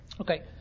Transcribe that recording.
Okay